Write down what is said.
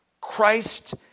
Christ